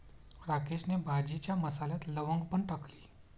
राकेशने भाजीच्या मसाल्यात लवंग पण टाकली